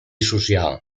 social